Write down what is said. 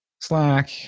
Slack